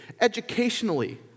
educationally